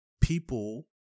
people